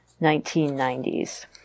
1990s